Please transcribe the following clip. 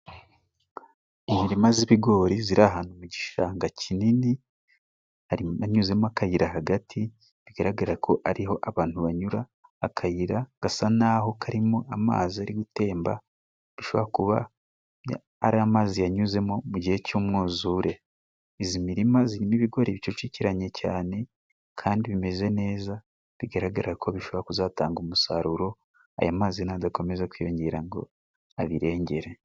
Imirima y'ibigori iri ahantu mu gishanga kinini, hanyuzemo akayira hagati bigaragaraq ko ariho abantu banyura, akayira gasa n'aho karimo amazi ari gutemba bishobora kuba ari amazi yanyuzemo mu gihe cy'umwuzure. Iyi mirima irimo ibigori bicucikiranye cyane kandi bimeze neza, bigaragara ko bishobora kuzatanga umusaruro aya mazi nadakomeza kwiyongera ngo abirengere.